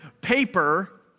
paper